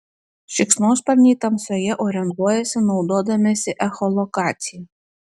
šikšnosparniai tamsoje orientuojasi naudodamiesi echolokacija